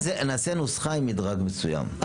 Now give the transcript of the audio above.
נעשה נוסחה עם מדרג מסוים.